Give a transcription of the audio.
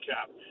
cap